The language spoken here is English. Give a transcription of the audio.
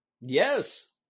Yes